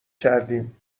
کردیم